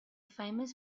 famous